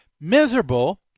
miserable